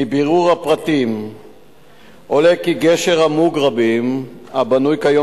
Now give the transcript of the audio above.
מבירור הפרטים עולה כי גשר המוגרבים הבנוי כיום